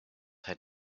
had